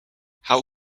how